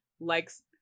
likes